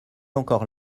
encore